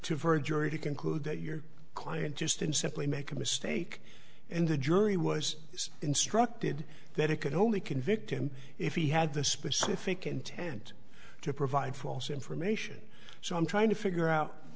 to for a jury to conclude that your client just and simply make a mistake and the jury was instructed that it could only convict him if he had the specific intent to provide false information so i'm trying to figure out